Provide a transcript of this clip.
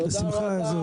תודה רבה.